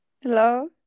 Hello